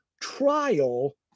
trial